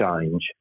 change